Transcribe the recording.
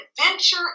adventure